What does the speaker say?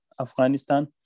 Afghanistan